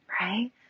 right